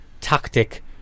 tactic